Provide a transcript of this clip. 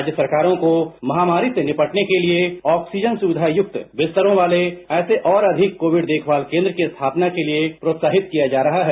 राज्य सरकारों को महामारी से निपटने के लिए ऑक्सीजन सुविधा युक्त बिस्तरों वाले ऐसे और अधिक कोविड देखभाल केन्द्रों की स्थापना के लिए प्रोत्साहित किया जा रहा है